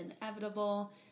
inevitable